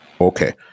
Okay